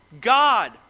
God